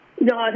No